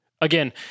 Again